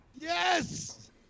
Yes